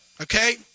Okay